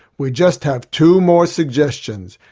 we just have two more suggestions,